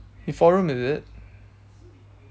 he four room is it